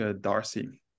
Darcy